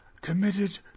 committed